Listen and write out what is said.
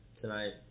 tonight